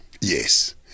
Yes